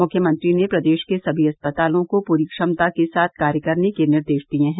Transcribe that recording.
मुख्यमंत्री ने प्रदेश के सभी अस्पतालों को पूरी क्षमता के साथ कार्य करने के निर्देश दिये हैं